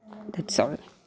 that's all